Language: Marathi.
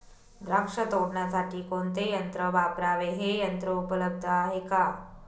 द्राक्ष तोडण्यासाठी कोणते यंत्र वापरावे? हे यंत्र उपलब्ध आहे का?